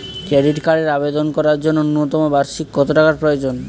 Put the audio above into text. Credit কার্ডের আবেদন করার জন্য ন্যূনতম বার্ষিক কত টাকা প্রয়োজন?